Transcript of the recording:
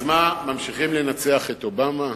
אז מה, ממשיכים לנצח את אובמה?